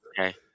Okay